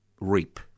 Reap